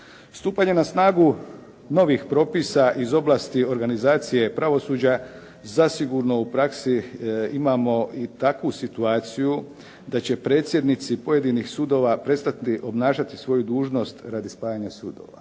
Stupanje na snagu novih propisa iz oblasti organizacije pravosuđa zasigurno u praksi imamo i takvu situaciju da će predsjednici pojedinih sudova prestati obnašati svoju dužnost radi spajanja sudova